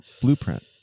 blueprint